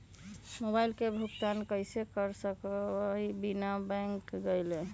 Mobile के भुगतान कईसे कर सकब बिना बैंक गईले?